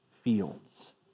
fields